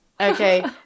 Okay